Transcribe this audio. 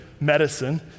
Medicine